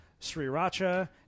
sriracha